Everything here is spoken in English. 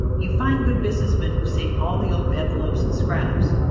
you find good businessmen who save all the old envelopes and scraps,